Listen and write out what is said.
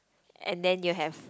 and then you have